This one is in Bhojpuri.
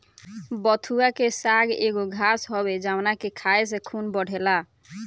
बथुआ के साग एगो घास हवे जावना के खाए से खून बढ़ेला